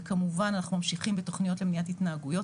וכמובן אנחנו ממשיכים בתוכניות למניעת התנהגויות